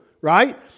right